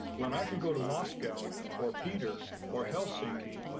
when i can go to moscow or peter or helsinki